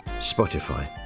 Spotify